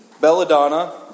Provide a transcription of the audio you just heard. belladonna